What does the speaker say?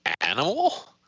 animal